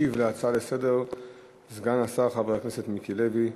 ישיב על ההצעה לסדר-היום סגן השר חבר הכנסת מיקי לוי,